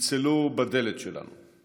צלצלו בדלת שלנו,